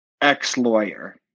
ex-lawyer